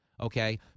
Okay